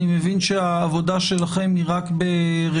אני מבין שהעבודה שלכם היא רק בראשית.